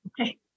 Okay